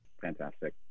Fantastic